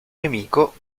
nemico